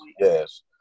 Yes